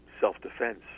self-defense